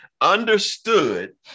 understood